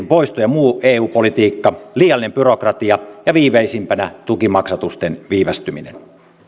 poisto ja muu eu politiikka liiallinen byrokratia ja viimeisimpänä tukimaksatusten viivästyminen